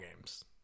games